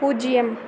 பூஜ்ஜியம்